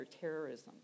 terrorism